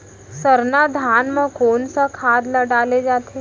सरना धान म कोन सा खाद ला डाले जाथे?